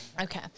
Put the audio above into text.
Okay